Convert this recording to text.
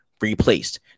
replaced